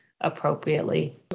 appropriately